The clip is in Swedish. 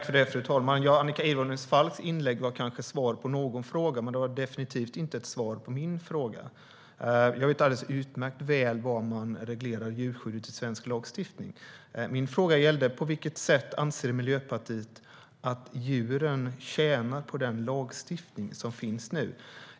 Fru talman! Annika Hirvonen Falks inlägg var kanske ett svar på något, men det var definitivt inget svar på min fråga. Jag vet utmärkt väl var man reglerar djurskydd i svensk lagstiftning. Min fråga var: På vilket sätt anser Miljöpartiet att djuren tjänar på den lagstiftning som finns nu?